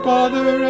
Father